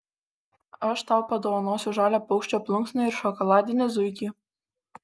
aš tau padovanosiu žalią paukščio plunksną ir šokoladinį zuikį